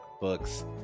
books